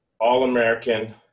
all-American